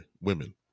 women